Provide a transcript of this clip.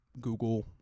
google